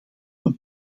een